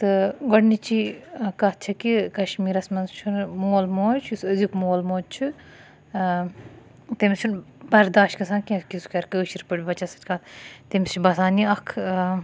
تہٕ گۄڈٕنِچی کَتھ چھِ کہِ کَشمیٖرَس مَنٛز چھُ نہٕ مول موج یُس أزیُک مول موج چھُ تٔمِس چھُنہٕ بَرداش گَژھان کینٛہہ کہِ سُہ کَرٕ کٲشِر پٲٹھۍ بَچَس سۭتۍ کَتھ تٔمِس چھُ باسان یہِ اکھ